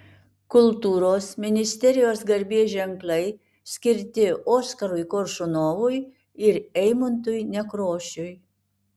kultūros ministerijos garbės ženklai skirti oskarui koršunovui ir eimuntui nekrošiui